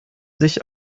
sich